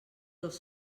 dos